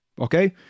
Okay